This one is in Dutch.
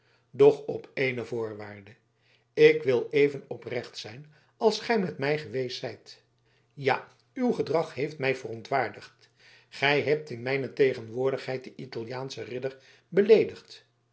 doch op ééne voorwaarde ik wil even oprecht zijn als gij met mij geweest zijt ja uw gedrag heeft mij verontwaardigd gij hebt in mijne tegenwoordigheid dien italiaanschen ridder beleedigd